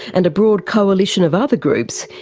and a broad coalition of other groups,